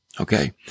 okay